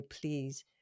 please